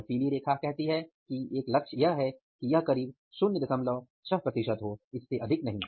यह पीली रेखा कहती है कि एक लक्ष्य यह है कि यह करीब 06 प्रतिशत हो इससे अधिक नहीं